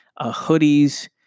hoodies